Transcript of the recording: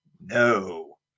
no